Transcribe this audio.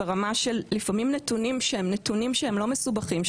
לפעמים נתונים שהם נתונים שהם לא מסובכים,